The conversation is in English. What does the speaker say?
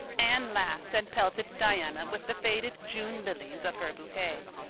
anne laughed and pelted diana with the faded june lilies of her bouquet.